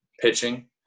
pitching